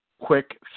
quick